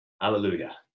Hallelujah